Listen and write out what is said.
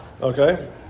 Okay